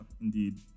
indeed